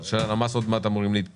כשלמ"ס אמורים עוד מעט לפרסם,